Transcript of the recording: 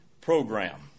program